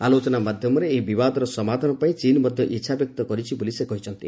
ଆଲୋଚନା ମାଧ୍ୟମରେ ଏହି ବିବାଦର ସମାଧାନ ପାଇଁ ଚୀନ୍ ମଧ୍ୟ ଇଚ୍ଛା ବ୍ୟକ୍ତ କରିଛି ବୋଲି ସେ କହିଛନ୍ତି